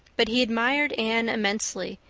but he admired anne immensely,